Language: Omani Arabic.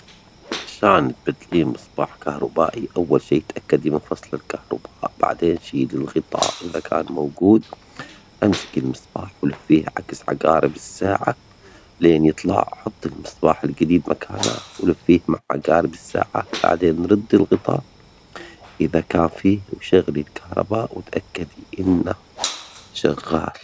عشان تبدلين مصباح كهربائي، أول شي تأكدي من فصل الكهرباء، بعدين شيلي الغطاء إذا كان موجود، امسكي المصباح ولفيه عكس عجارب الساعة لين يطلع، حطي المصباح الجديد مكانه ولفيه مع عجارب الساعة، بعدين ردي الغطاء إذا كان فيه، وشغلي الكهرباء وتأكدي إنه شغال.